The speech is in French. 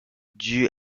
due